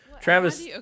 Travis